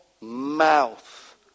mouth